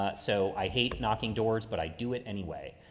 ah so i hate knocking doors, but i do it anyway.